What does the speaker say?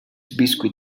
biscuit